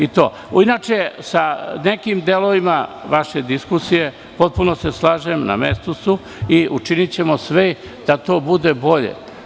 Inače, sa nekim delovima vaše diskusije potpuno se slažem, na mestu su i učinićemo sve da to bude bolje.